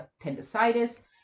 appendicitis